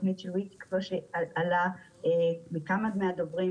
על כל הנושא של איך המדינה עומדת להתמודד לא רק עם עליית מחירים,